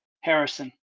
harrison